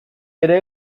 ere